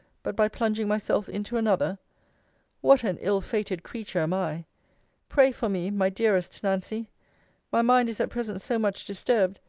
but by plunging myself into another what an ill-fated creature am i pray for me, my dearest nancy my mind is at present so much disturbed,